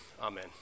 Amen